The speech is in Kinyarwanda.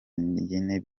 njyenyine